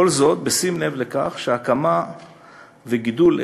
כל זאת בשים לב לכך שהקמה וגידול של